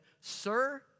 Sir